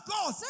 God